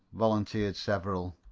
volunteered several.